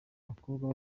abakobwa